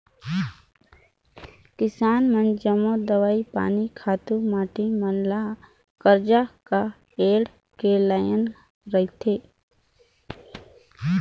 किसान मन जम्मो दवई पानी, खातू माटी मन ल करजा काएढ़ के लाएन रहथें